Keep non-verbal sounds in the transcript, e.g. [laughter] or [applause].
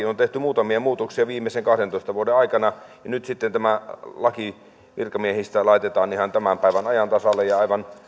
[unintelligible] on tehty muutamia muutoksia viimeisen kahdentoista vuoden aikana ja nyt sitten tämä laki virkamiehistä laitetaan ihan tämän päivän ajan tasalle ja aivan